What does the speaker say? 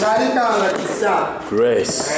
Grace